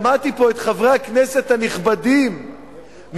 שמעתי פה את חברי הכנסת הנכבדים מדברים